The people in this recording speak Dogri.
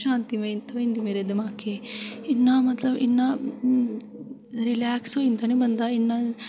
शांति थ्होई जंदी मेरे दिमाकै ई इ'न्ना मतलब इ'न्ना रिलेक्स होई जंदा नी बंदा इ'न्ना